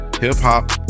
hip-hop